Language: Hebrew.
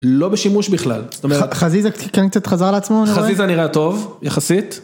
לא בשימוש בכלל. זאת אומרת חזיזה כן קצת חזר לעצמו אני רואה? חזיזה נראה טוב, יחסית.